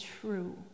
true